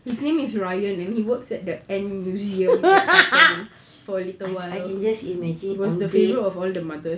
his name is ryan and he works at the ant museum at katong for little while he was the favourite of all the mothers